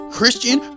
Christian